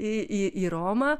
į į į romą